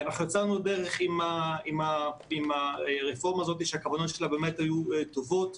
יצאנו לדרך עם הרפורמה הזאת שהכוונות שלה באמת היו טובות,